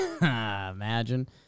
Imagine